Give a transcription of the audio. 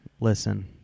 Listen